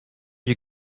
you